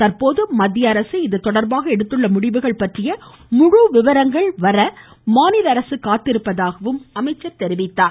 தற்போது மத்திய அரசு இதுதொடர்பாக எடுத்துள்ள முடிவுகள் பற்றிய முழுவிபரம் வர மாநில அரசு காத்திருப்பதாக அவர் கூறினார்